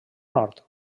nord